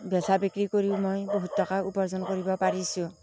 বেচা বিক্ৰী কৰিও মই বহুত টকা উপাৰ্জন কৰিব পাৰিছোঁ